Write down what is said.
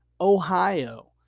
Ohio